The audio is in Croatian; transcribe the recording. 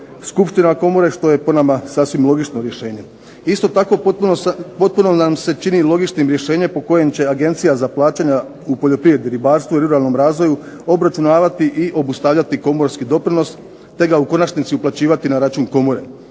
skupština komore što je po nama sasvim logično rješenje. Isto tako potpuno nam se čini logičnim rješenjem kojim će Agencija za plaćanja poljoprivredi i ruralnom razvoju obračunavati i obustavljati komorski doprinos, te ga u konačnici uplaćivati na račun Komore.